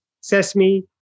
sesame